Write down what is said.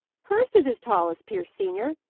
hurst is as tall as pierce senior.